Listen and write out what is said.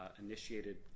initiated